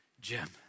Jim